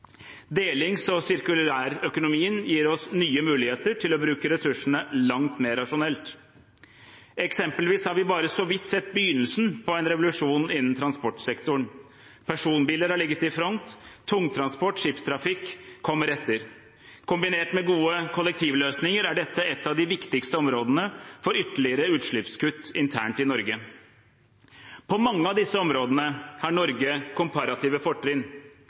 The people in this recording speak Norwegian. Delings- og sirkulærøkonomien gir oss nye muligheter til å bruke ressursene langt mer rasjonelt. Eksempelvis har vi bare så vidt sett begynnelsen på en revolusjon innen transportsektoren. Personbiler har ligget i front – tungtransport og skipstrafikk kommer etter. Kombinert med gode kollektivløsninger er dette et av de viktigste områdene for ytterligere utslippskutt internt i Norge. På mange av disse områdene har Norge komparative fortrinn.